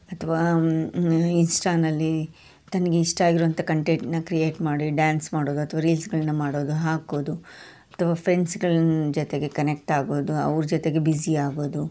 ಅಥವಾ ಇನ್ಸ್ಟಾನಲ್ಲಿ ತನಗಿಷ್ಟ ಆಗಿರುವಂಥ ಕಂಟೆಂಟನ್ನ ಕ್ರಿಯೇಟ್ ಮಾಡಿ ಡ್ಯಾನ್ಸ್ ಮಾಡೋದು ಅಥ್ವಾ ರೀಲ್ಸ್ಗಳನ್ನ ಮಾಡೋದು ಹಾಕೋದು ಅಥವಾ ಫ್ರೆಂಡ್ಸ್ಗಳ ಜೊತೆಗೆ ಕನೆಕ್ಟ್ ಆಗೋದು ಅವ್ರ ಜೊತೆಗೆ ಬಿಝಿ ಆಗೋದು